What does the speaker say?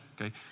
okay